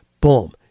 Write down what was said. boom